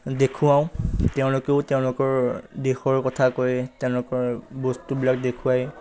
দেখুৱাওঁ তেওঁলোকেও তেওঁলোকৰ দেশৰ কথা কয় তেওঁলোকৰ বস্তুবিলাক দেখুৱাই